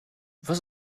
was